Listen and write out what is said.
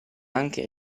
anche